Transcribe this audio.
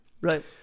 Right